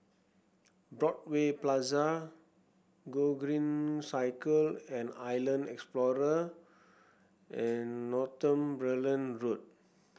Broadway Plaza Gogreen Cycle and Island Explorer and Northumberland Road